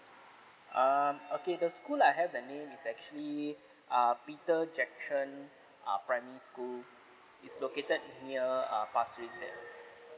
um okay the school I have the name is actually err peter jackson uh primary school is located near uh there